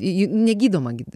ji negydoma gid